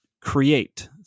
create